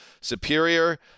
superior